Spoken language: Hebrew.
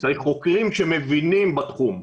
צריך חוקרים שמבינים בתחום,